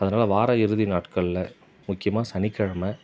அதனாலே வார இறுதி நாட்களில் முக்கியமாக சனிக் கிழமை